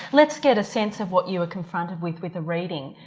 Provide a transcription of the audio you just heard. let's get a sense of what you were confronted with, with a reading,